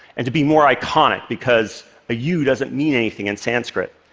and to be more iconic, because a u doesn't mean anything in sanskrit,